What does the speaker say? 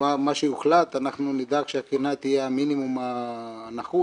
מה שיוחלט אנחנו נדאג שהקרינה תהיה המינימום הנחוץ,